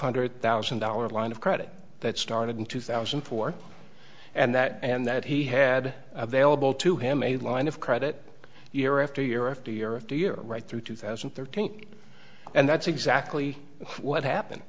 hundred thousand dollars line of credit that started in two thousand and four and that and that he had available to him a line of credit year after year after year after year right through two thousand and thirteen and that's exactly what happened